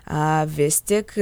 a vis tik